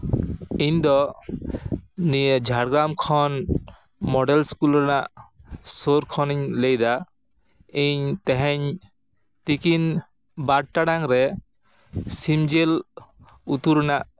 ᱤᱧ ᱫᱚ ᱱᱤᱭᱟᱹ ᱡᱷᱟᱲᱜᱨᱟᱢ ᱠᱷᱚᱱ ᱢᱚᱰᱮᱞ ᱥᱠᱩᱞ ᱨᱮᱱᱟᱜ ᱥᱩᱨ ᱠᱷᱚᱱᱤᱧ ᱞᱟᱹᱭ ᱮᱫᱟ ᱤᱧ ᱛᱮᱦᱤᱧ ᱛᱤᱠᱤᱱ ᱵᱟᱨ ᱴᱟᱲᱟᱝ ᱨᱮ ᱥᱤᱢ ᱡᱤᱞ ᱩᱛᱩ ᱨᱮᱱᱟᱜ